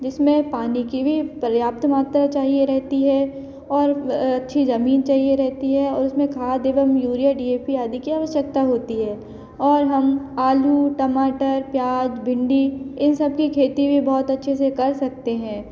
जिसमें पानी की भी पर्याप्त मात्रा चाहिए होती है और अच्छी ज़मीन चाहिए रहती है और उसमें खाद एवं यूरिया डी ए पी आदि की आवश्यकता होती है और हम आलू टमाटर प्याज़ भिंडी इन सब की खेती भी बहुत अच्छे से कर सकते हैं